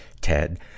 ted